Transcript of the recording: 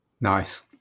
Nice